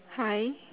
hi